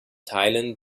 teilen